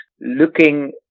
looking